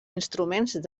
instruments